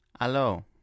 Hello